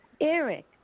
Eric